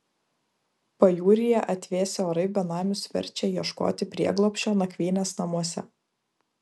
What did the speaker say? pajūryje atvėsę orai benamius verčia ieškoti prieglobsčio nakvynės namuose